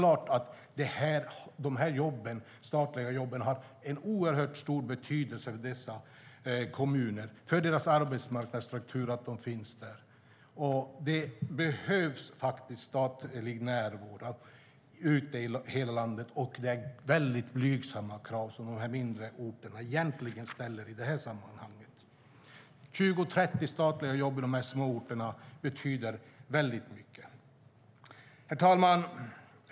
Att dessa statliga jobb finns där har självklart en oerhört stor betydelse för dessa kommuner och för deras arbetsmarknadsstruktur. Det behövs faktiskt statlig närvaro ute i hela landet, och det är egentligen blygsamma krav som de mindre orterna ställer i detta sammanhang. 20-30 statliga jobb betyder väldigt mycket i småorterna. Herr talman!